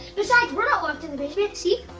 besides we're not locked in the basement see?